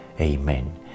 Amen